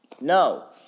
No